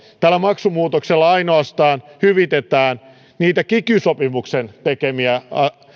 tällä maksumuutoksella ainoastaan hyvitetään niitä kiky sopimuksen